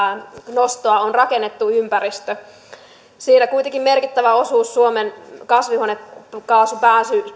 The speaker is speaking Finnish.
nostoa on rakennettu ympäristö sillä kuitenkin merkittävä osuus suomen kasvihuonekaasupäästöistä